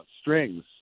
strings